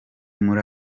muri